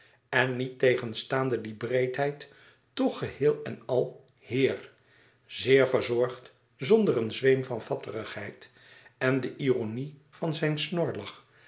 en niettegenstaande die breedheid toch geheel en al heer zeer verzorgd zonder een zweem van fatterigheid en de ironie van zijn